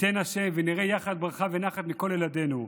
ייתן ה' ונראה יחד ברכה ונחת מכל ילדינו.